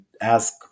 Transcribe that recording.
ask